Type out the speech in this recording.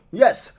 yes